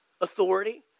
authority